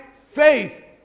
faith